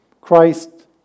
Christ